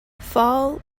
fall